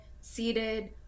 seated